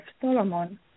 Solomon